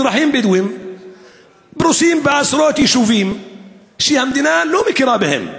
אזרחים בדואים שפרוסים בעשרות יישובים שהמדינה לא מכירה בהם.